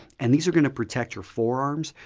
and these are going to protect your forearms.